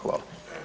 Hvala.